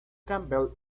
campbell